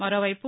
మరోవైపు